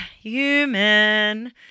Human